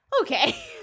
okay